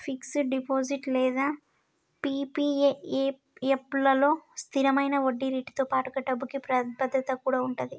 fixed deposit లేదా PPF లలో స్థిరమైన వడ్డీరేటుతో పాటుగా డబ్బుకి భద్రత కూడా ఉంటది